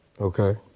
Okay